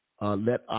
Let